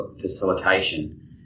facilitation